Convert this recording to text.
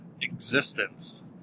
existence